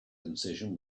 incision